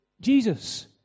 Jesus